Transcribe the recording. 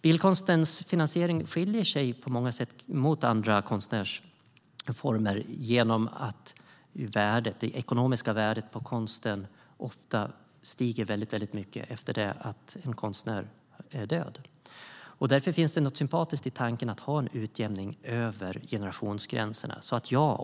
Bildkonstens finansiering skiljer sig på många sätt från andra konstnärsformer genom att det ekonomiska värdet på konsten ofta stiger mycket efter konstnärens död. Därför finns det något sympatiskt i tanken att ha en utjämning över generationsgränserna.